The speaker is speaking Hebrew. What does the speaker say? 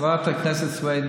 חברת הכנסת סויד,